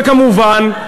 וכמובן,